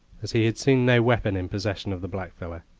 as he had seen no weapon in possession of the blackfellow.